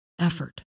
effort